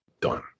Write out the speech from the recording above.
done